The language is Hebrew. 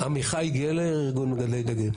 עמיחי גלר, ארגון מגדלי דגים.